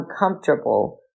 uncomfortable